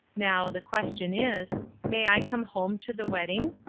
now, the question is may i come home to the wedding?